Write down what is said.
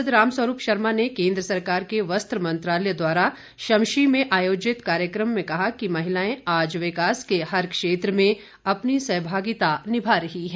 सांसद रामस्वरूप शर्मा ने केन्द्र सरकार के वस्त्र मंत्रालय द्वारा शमशी में आयोजित कार्यक्रम में कहा कि महिलाएं आज विकास के हर क्षेत्र में अपनी सहभागिता निभा रही हैं